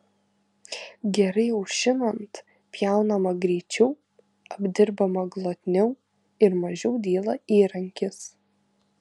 gerai aušinant pjaunama greičiau apdirbama glotniau ir mažiau dyla įrankis